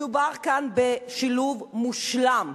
מדובר כאן בשילוב מושלם,